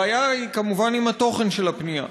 הבעיה היא כמובן עם התוכן של הפנייה.